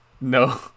No